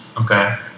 Okay